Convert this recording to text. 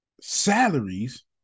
salaries